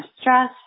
stress